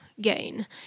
gain